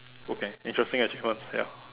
okay interesting achievements ya